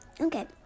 Okay